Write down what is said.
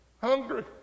Hungry